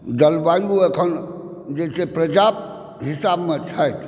जलवायु अखन जे छै पर्याप्त हिसाबमे छथि